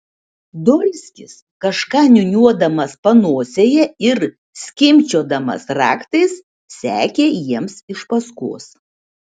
dolskis kažką niūniuodamas panosėje ir skimbčiodamas raktais sekė jiems iš paskos